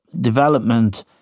development